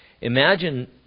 Imagine